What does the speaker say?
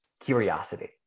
curiosity